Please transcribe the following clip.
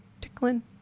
Tickling